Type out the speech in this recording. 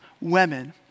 women